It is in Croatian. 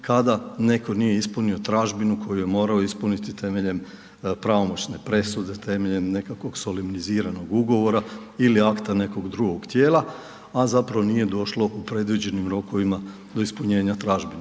kada netko nije ispunio tražbinu koju je morao ispuniti temeljem pravomoćne presude, temeljem nekakvog solemniziranog ugovora ili akta nekog drugog tijela, a zapravo nije došlo u predviđenim rokovima do ispunjenja tražbine,